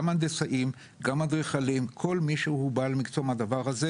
גם הנדסאים ואדריכלים יכולים לעשות את זה.